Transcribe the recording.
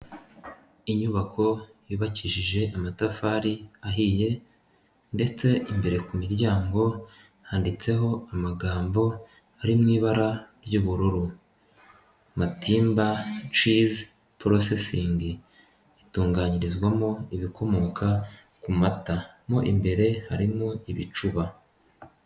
Inyubako yubakishije amatafari ahiye ndetse imbere ku miryango handitseho amagambo ari mu ibara ry'ubururu, Matimba cizi porosesingi hatunganyirizwamo ibikomoka ku mata mo imbere harimo ibicuba.